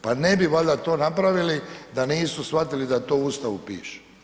Pa ne bi valjda to napravili da nisu shvatili da to u Ustavu piše.